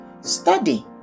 Study